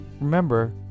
Remember